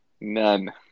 None